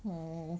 mm